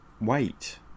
wait